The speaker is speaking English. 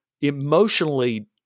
emotionally